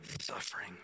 suffering